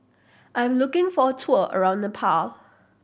I'm looking for a tour around Nepal